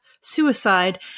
suicide